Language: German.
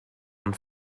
und